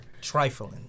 Trifling